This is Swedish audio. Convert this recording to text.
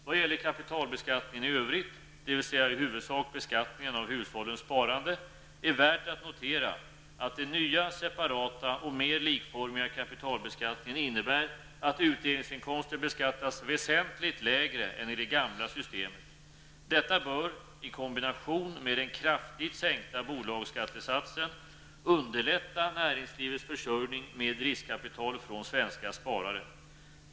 Vad gäller kapitalbeskattningen i övrigt, dvs. i huvudsak beskattningen av hushållens sparande, är värt att notera att den nya separata och mer likformiga kapitalbeskattningen innebär att utdelningsinkomster beskattas väsentligt lägre än i det gamla systemet. Detta bör -- i kombination med den kraftigt sänkta bolagsskattesatsen -- underlätta näringslivets försörjning med riskkapital från svenska sparare.